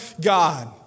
God